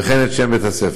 וכן את שם בית-הספר.